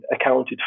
accounted